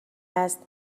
است